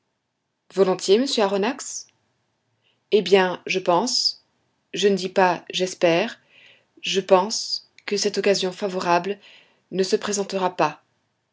volontiers monsieur aronnax eh bien je pense je ne dis pas j'espère je pense que cette occasion favorable ne se présentera pas